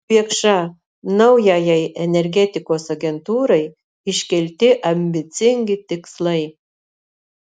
biekša naujajai energetikos agentūrai iškelti ambicingi tikslai